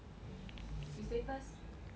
you say first